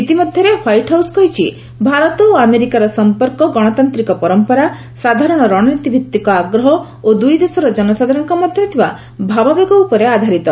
ଇତିମଧ୍ୟରେ White House କହିଛି ଭାରତ ଓ ଆମେରିକାର ସମ୍ପର୍କ ଗଣତାନ୍ତିକ ପରମ୍ପରା ସାଧାରଣ ରଣନୀତି ଭିତ୍ତିକ ଆଗ୍ରହ ଓ ଦୁଇ ଦେଶର ଜନସାଧାରଣଙ୍କ ମଧ୍ୟରେ ଥିବା ଭାବାବେଗ ଉପରେ ଆଧାରିତ